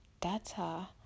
data